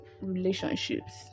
relationships